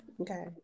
Okay